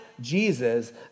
Jesus